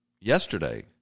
yesterday